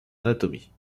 anatomie